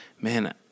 man